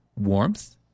warmth